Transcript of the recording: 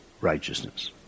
righteousness